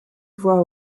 voie